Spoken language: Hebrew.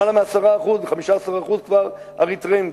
10% 15% כבר אריתריאים,